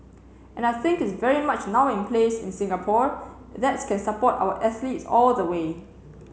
and I think it's very much now in place in Singapore that can support our athletes all the way